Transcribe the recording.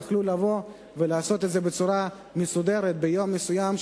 יוכלו לבוא ולעשות את זה בצורה מסודרת ביום מסוים,